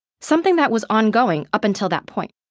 something that was ongoing up until that point.